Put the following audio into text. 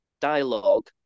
dialogue